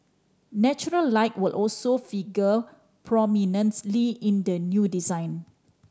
natural light will also figure prominently in the new design